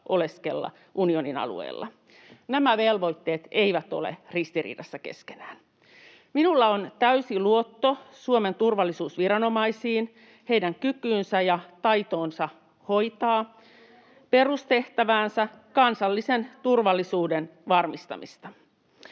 oleskella unionin alueella. Nämä velvoitteet eivät ole ristiriidassa keskenään. Minulla on täysi luotto Suomen turvallisuusviranomaisiin, heidän kykyynsä ja taitoonsa hoitaa [Sanna Antikainen: Ei ole ollut kyse